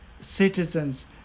Citizens